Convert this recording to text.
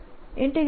ds